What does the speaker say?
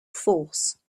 force